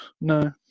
no